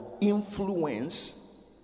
influence